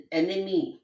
enemy